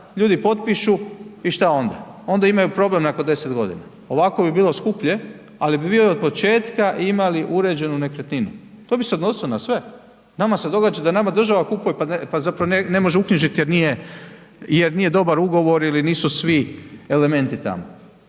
ljudi potpišu, i šta onda, onda imaju problem nakon 10 g., ovako bi bilo skuplje ali bi vi od početka imali uređenu nekretninu, to bi se odnosilo na sve. Nama se događa da nama država kupuje pa zapravo ne može uknjižiti jer nije dobar ugovor ili nosu svi elementi tamo.